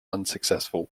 unsuccessful